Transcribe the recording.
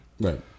Right